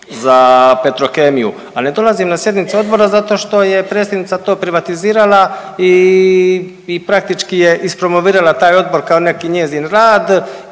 za Petrokemiju, al ne dolazim na sjednicu odbora zato što je predsjednica to privatizirala i, i praktički je ispromovirala taj odbor kao neki njezin rad